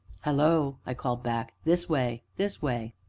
hallo! i called back this way this way!